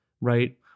right